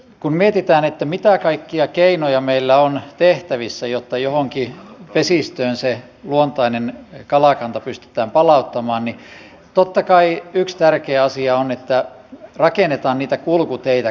kun mietitään mitä kaikkia keinoja meillä on tehtävissä jotta johonkin vesistöön se luontainen kalakanta pystytään palauttamaan niin totta kai yksi tärkeä asia on että rakennetaan niitä kulkuteitä kalaportaita